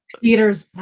Peter's